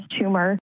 tumor